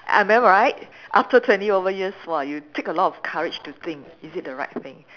am I right after twenty over years !wah! you take a lot of courage to think is it the right thing